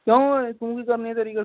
ਕਿਓਂ ਓਏ ਤੂੰ ਕੀ ਕਰਨੀ ਤੇਰੀ ਅ